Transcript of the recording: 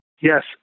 Yes